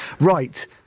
right